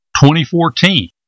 2014